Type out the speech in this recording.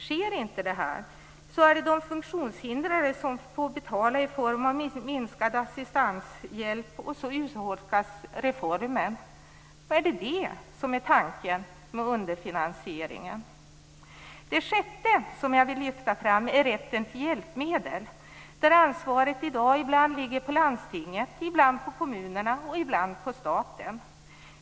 Sker inte det här är det de funktionshindrade som får betala i form av minskad assistanshjälp, och så urholkas reformen. Är det tanken med underfinansieringen? Det sjätte som jag vill lyfta fram är rätten till hjälpmedel, där ansvaret i dag ibland ligger på landstinget, ibland på kommunerna och ibland på staten.